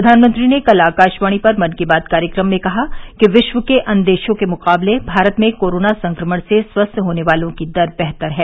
प्रधानमंत्री ने कल आकाशवाणी पर मन की बात कार्यक्रम में कहा कि विश्व के अन्य देशों के मुकाबले भारत में कोरोना संक्रमण से स्वस्थ होने वालों की दर बेहतर है